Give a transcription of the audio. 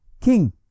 king